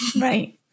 right